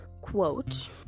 quote